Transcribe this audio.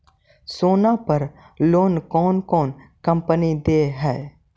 सोना पर लोन कौन कौन कंपनी दे है?